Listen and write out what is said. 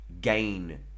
gain